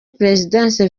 perezidansi